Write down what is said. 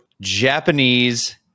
Japanese